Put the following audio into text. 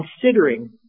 considering